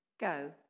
Go